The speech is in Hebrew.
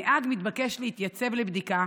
הנהג מתבקש להתייצב לבדיקה